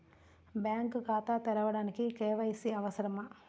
Bank ఖాతా తెరవడానికి KYC అవసరమా?